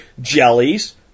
jellies